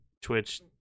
Twitch